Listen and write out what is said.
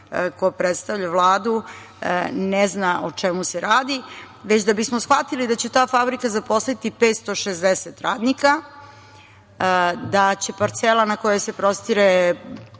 ko predstavlja Vladu ne zna o čemu se radi, već da bismo shvatili da će ta fabrika zaposliti 560 radnika, da će parcela na kojoj se prostire